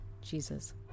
Jesus